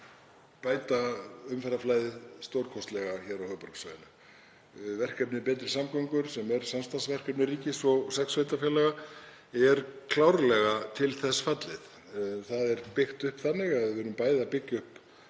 bæta umferðarflæðið stórkostlega á höfuðborgarsvæðinu. Verkefnið Betri samgöngur, sem er samstarfsverkefni ríkis og sex sveitarfélaga, er klárlega til þess fallið. Það er byggt upp þannig að við erum að byggja upp